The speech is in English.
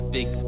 Big